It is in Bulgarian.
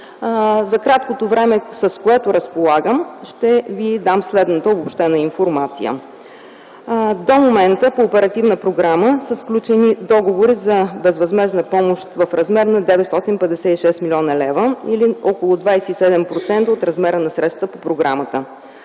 За краткото време, с което разполагам, ще Ви дам следната обобщена информация. До момента по оперативната програма са сключени договори за безвъзмездна помощ в размер на 956 млн. лв. или около 27% от размера на средствата по програмата.